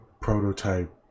prototype